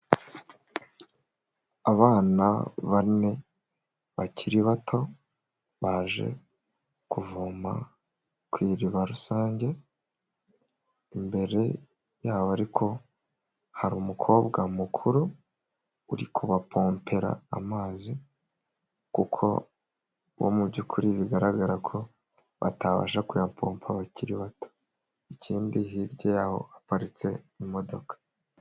Abana bane bakiri bato baje kuvoma ku iriba rusange imbere yabo ariko hari umukobwa mukuru uri kubapompera amazi kuko bo mu by'ukuri bigaragara ko batabasha kuyapompa bakiri bato, ikindi hirya y'aho haparitse imodoka.